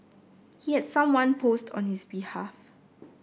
he had someone post on his behalf